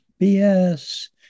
BS